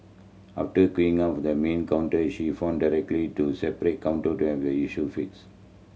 after queuing up at the main counter she found to separate counter to have the issue fixed